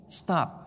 stop